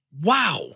wow